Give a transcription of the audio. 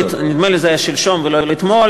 נדמה לי שזה היה שלשום ולא אתמול.